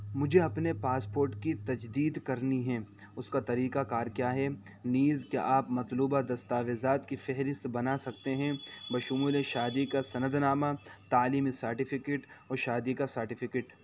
مجھے اپنے پاسپورٹ کی تجدید کرنی ہے اس کا طریقہ کار کیا ہے نیز کیا آپ مطلوبہ دستاویزات کی فہرست بنا سکتے ہیں بشمول اے شادی کا سند نامہ تعلیمی سارٹیفکیٹ اور شادی کا سارٹیفکیٹ